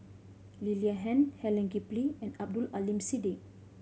Lee Li Han Helen Gilbey and Abdul Aleem Siddique